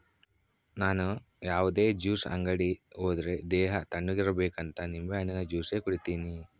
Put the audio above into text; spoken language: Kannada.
ನನ್ ಯಾವುದೇ ಜ್ಯೂಸ್ ಅಂಗಡಿ ಹೋದ್ರೆ ದೇಹ ತಣ್ಣುಗಿರಬೇಕಂತ ನಿಂಬೆಹಣ್ಣಿನ ಜ್ಯೂಸೆ ಕುಡೀತೀನಿ